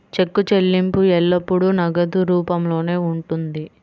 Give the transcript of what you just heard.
చెక్కు చెల్లింపు ఎల్లప్పుడూ నగదు రూపంలోనే ఉంటుంది